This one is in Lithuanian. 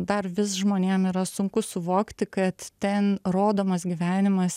dar vis žmonėm yra sunku suvokti kad ten rodomas gyvenimas